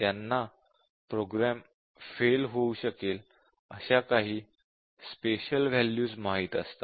त्यांना program fail होऊ शकेल अशा काही स्पेशल वॅल्यूज माहित असतात